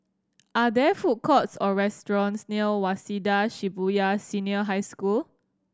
are there food courts or restaurants near Waseda Shibuya Senior High School